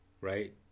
right